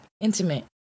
intimate